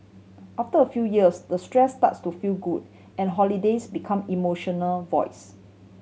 after a few years the stress starts to feel good and holidays become emotional voids